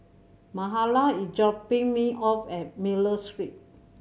Mahala is dropping me off at Miller Street